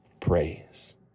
praise